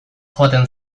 joaten